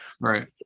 right